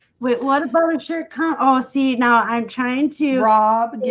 with like furniture can't all see now. i'm trying to rob and yeah